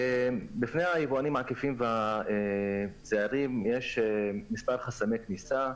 בפני היבואנים העקיפים והזעירים יש מספר חסמי כניסה,